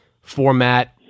format